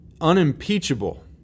unimpeachable